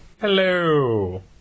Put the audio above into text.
Hello